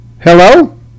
hello